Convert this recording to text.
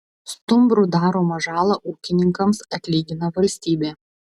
stumbrų daromą žalą ūkininkams atlygina valstybė